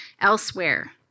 elsewhere